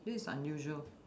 this is unusual